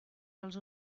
dels